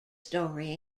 story